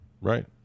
Right